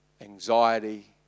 anxiety